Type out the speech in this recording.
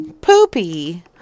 Poopy